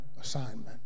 assignment